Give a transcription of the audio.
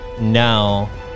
now